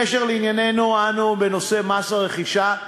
בענייננו שלנו, בנושא מס הרכישה: